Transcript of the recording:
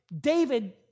David